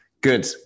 Good